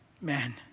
man